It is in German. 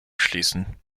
schließen